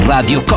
Radio